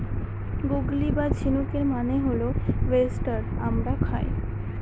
গুগলি বা ঝিনুকের মানে হল ওয়েস্টার আমরা খাই